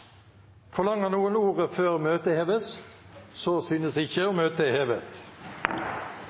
Forlanger noen ordet før møtet heves? – Så synes ikke, og møtet er hevet.